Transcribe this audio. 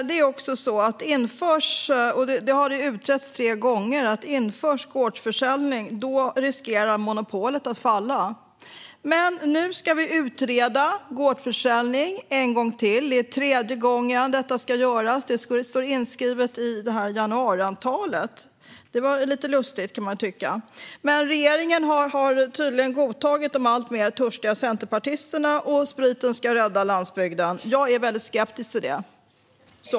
Det har dock flera gånger utretts att om gårdsförsäljning införs, då riskerar monopolet att falla. Men nu ska vi utreda gårdsförsäljning en gång till - det är tredje gången det ska göras - därför att det står inskrivet i januariavtalet. Man kan ju tycka att det är lite lustigt, men regeringen har tydligen godtagit de allt törstigare centerpartisternas linje att spriten ska rädda landsbygden. Jag är väldigt skeptisk till detta.